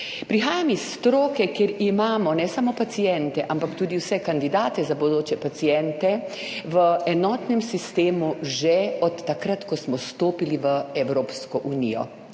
Prihajam iz stroke, kjer imamo ne samo paciente, ampak tudi vse kandidate za bodoče paciente v enotnem sistemu že od takrat, ko smo vstopili v Evropsko unijo.